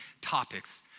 topics